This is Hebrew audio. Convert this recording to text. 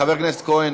חבר הכנסת כהן,